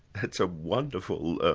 that's a wonderful